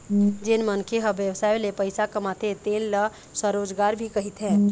जेन मनखे ह बेवसाय ले पइसा कमाथे तेन ल स्वरोजगार भी कहिथें